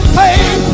pain